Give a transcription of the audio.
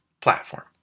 platform